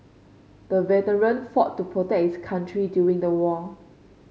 the veteran fought to protect his country during the war